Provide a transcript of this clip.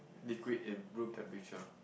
liquid in room temperature